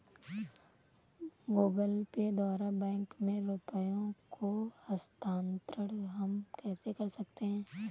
Google Pay द्वारा bank में रुपयों का स्थानांतरण हम कैसे कर सकते हैं?